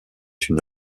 une